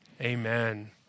Amen